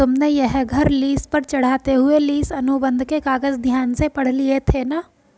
तुमने यह घर लीस पर चढ़ाते हुए लीस अनुबंध के कागज ध्यान से पढ़ लिए थे ना?